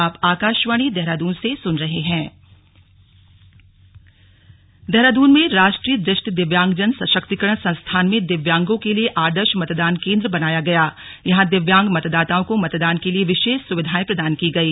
आदर्श मतदान केंद्र देहरादून में राष्ट्रीय दृष्टि दिव्यांगजन सशक्तिकरण संस्थान में दिव्यांगों के लिए आदर्श मतदान केंद्र बनाया गया जहां दिव्यांग मतदाताओं को मतदान के लिए विशेष सुविधाए प्रदान की गई